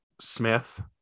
Smith